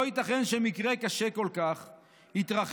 לא ייתכן שמקרה קשה כל כך התרחש,